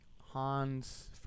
Hans